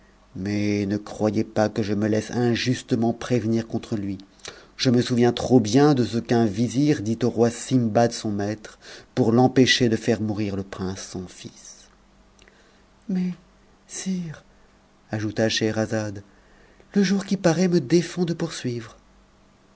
mais ne croyez pas que je me laisse injustement prévenir contre lui je me souviens trop bien de ce qu'un vizir dit au roi sindbad son maître pour l'empêcher de faire mourir le prince son fils mais sire ajouta scheherazade le jour qui paraît me défend de poursuivre